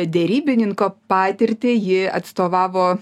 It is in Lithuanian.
derybininko patirtį ji atstovavo